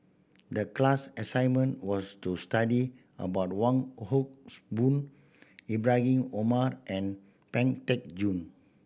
the class assignment was to study about Wong Hocks Boon Ibrahim Omar and Pang Teck Joon